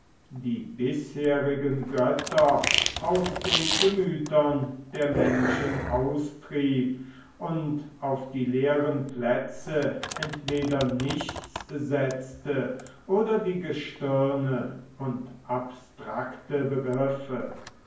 die bisherigen götter aus den gemütern der menschen austrieb und auf die leeren plätze entweder nichts setzte oder die gestirne und abstrakte begriffe